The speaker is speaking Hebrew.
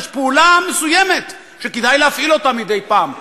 יש פעולה מסוימת שכדאי להפעיל אותה מדי פעם,